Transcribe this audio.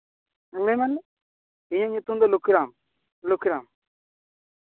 ᱞᱟᱹᱭ ᱢᱟᱱᱮ ᱤᱧᱟᱹᱜ ᱧᱩᱛᱩᱢ ᱫᱚ ᱞᱚᱠᱠᱷᱤᱨᱟᱢ ᱞᱚᱠᱠᱷᱤᱨᱟᱢ